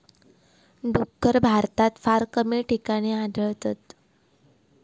डुक्कर भारतात फार कमी ठिकाणी आढळतत